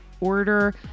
order